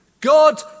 God